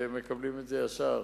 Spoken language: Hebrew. מקבלים את זה ישר,